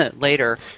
later